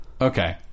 Okay